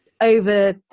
over